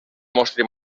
mostri